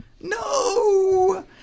No